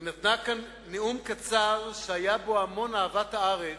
היא נתנה כאן נאום קצר שהיו בו המון אהבת הארץ,